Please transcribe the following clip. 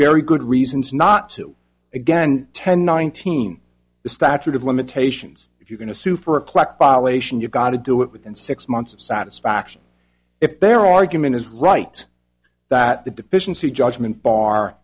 very good reasons not to again ten nineteen the statute of limitations if you're going to sue for a clock violation you've got to do it within six months of satisfaction if their argument is right that the deficiency judgment bar